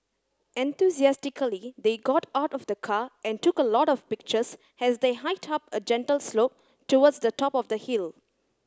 enthusiastically they got out of the car and took a lot of pictures as they hiked up a gentle slope towards the top of the hill